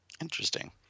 Interesting